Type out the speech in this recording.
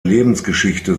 lebensgeschichte